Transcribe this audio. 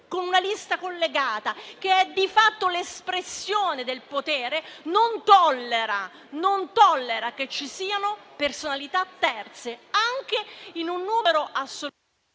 con una lista collegata, che è di fatto l'espressione del potere, non tollera che ci siano personalità terze, neanche in un numero esiguo,